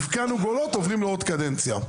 אם הבקענו גול עוברים לעוד קדנציה.